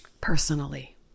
Personally